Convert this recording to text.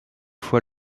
fois